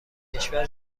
کشور